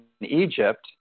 Egypt